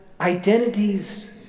identities